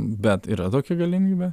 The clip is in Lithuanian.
bet yra tokia galimybė